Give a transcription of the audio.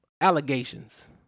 allegations